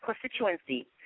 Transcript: constituency